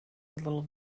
little